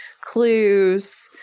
clues